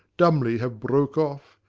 dumbly have broke off,